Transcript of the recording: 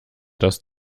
das